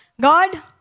God